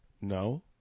No